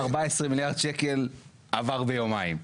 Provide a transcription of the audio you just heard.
14 מיליארד שקל עבר ביומיים.